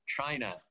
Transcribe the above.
China